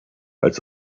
als